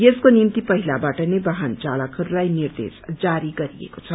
यसको निम्ति पहिलाबाट नै वाहन चालकहस्लाई निर्देश जारी गरिएको छ